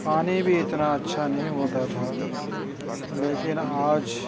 پانی بھی اتنا اچھا نہیں ہوتا تھا لیکن آج